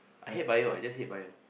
I hate Bio I just hate bio